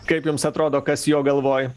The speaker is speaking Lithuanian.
kaip jums atrodo kas jo galvoj